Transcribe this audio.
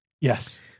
Yes